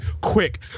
quick